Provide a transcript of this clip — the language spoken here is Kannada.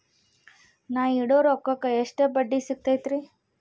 ನಾ ಇಡೋ ರೊಕ್ಕಕ್ ಎಷ್ಟ ಬಡ್ಡಿ ಸಿಕ್ತೈತ್ರಿ?